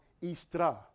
Istra